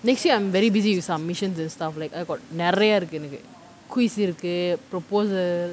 next week I'm very busy with submissions and stuff like I got நெறைய இருக்கு எனக்கு:neraiya irukku enakku quiz இருக்கு:irukku proposal